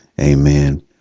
Amen